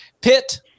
Pitt